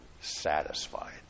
satisfied